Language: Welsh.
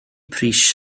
pris